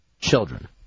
children